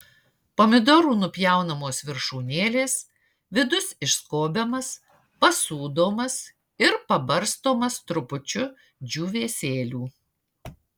pomidorų nupjaunamos viršūnėlės vidus išskobiamas pasūdomas ir pabarstomas trupučiu džiūvėsėlių